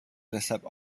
deshalb